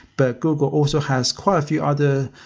but google also has quite a few other,